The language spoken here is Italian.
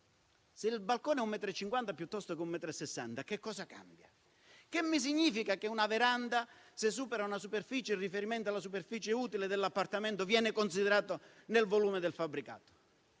Se il balcone è un metro e cinquanta piuttosto che un metro e sessanta, che cosa cambia? Che significa che se una veranda supera una metratura, in riferimento alla superficie utile dell'appartamento, viene considerata nel volume del fabbricato?